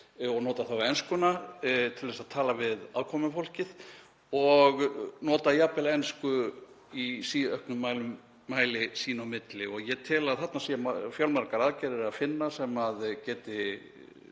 og nota enskuna til að tala við aðkomufólkið og nota jafnvel ensku í síauknum mæli sín á milli. Ég tel að þarna séu fjölmargar aðgerðir að finna sem geti